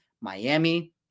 Miami